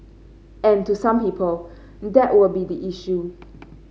and to some people that would be the issue